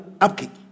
upkeep